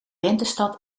rentestand